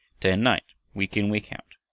day and night, week in, week out,